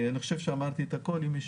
אני חושב שאמרתי את הכל.